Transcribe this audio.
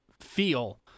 feel